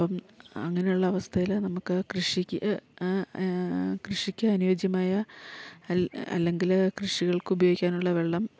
അപ്പം അങ്ങനെയുള്ളവസ്ഥയിൽ നമുക്ക് കൃഷിക്ക് കൃഷിക്ക് അനുയോജ്യമായ അല്ലെങ്കിൽ കൃഷികൾക്കുപയോഗിക്കാനുള്ള വെള്ളം